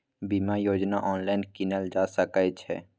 बीमा योजना ऑनलाइन कीनल जा सकै छै?